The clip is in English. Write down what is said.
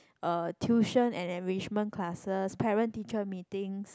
tuition and enrichment classes parent teacher meetings